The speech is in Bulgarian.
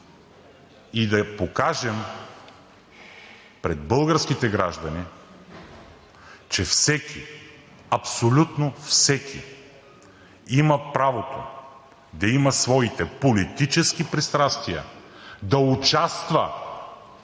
и да покажем пред българските граждани, че всеки, абсолютно всеки, има правото да има своите политически пристрастия, да участва